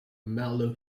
mellow